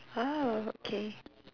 !wow! okay